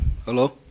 Hello